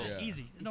easy